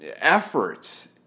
efforts